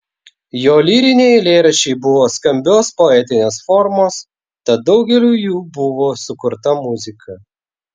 jo lyriniai eilėraščiai buvo skambios poetinės formos tad daugeliui jų buvo sukurta muzika